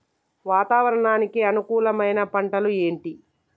వాతావరణానికి అనుకూలమైన పంటలు ఏంటి?